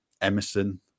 Emerson